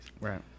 Right